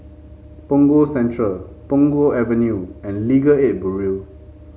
Punggol Central Punggol Avenue and Legal Aid Bureau